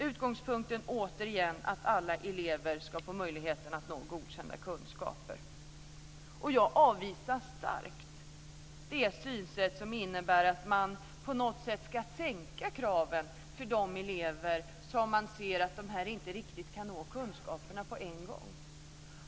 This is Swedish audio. Utgångspunkten är, återigen, att alla elever ska få möjlighet att nå godkända kunskaper. Jag avvisar starkt det synsätt som innebär att man på något sätt ska sänka kraven för elever som man ser inte riktigt kan nå kunskaperna på en gång.